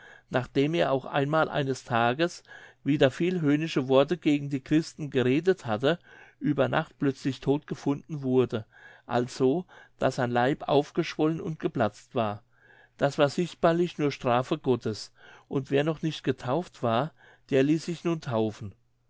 nachdem er auch einmal des tages wieder viel höhnische worte gegen die christen geredet hatte über nacht plötzlich todt gefunden wurde also daß sein leib aufgeschwollen und geplatzt war das war sichtbarlich nur strafe gottes und wer noch nicht getauft war der ließ sich nun taufen